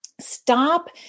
stop